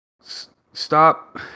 stop